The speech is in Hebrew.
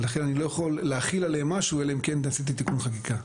לכן אני לא יכול להחיל עליהם משהו אלא אם כן ייעשה תיקון חקיקה.